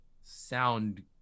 sound